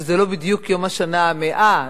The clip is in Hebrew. שזה לא בדיוק יום השנה ה-100,